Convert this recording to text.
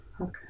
Okay